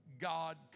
God